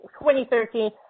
2013